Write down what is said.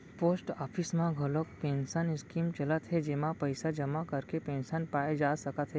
post office म घलोक pension scheme चलत हे जेमा पइसा जमा करके पेंसन पाए जा सकत हे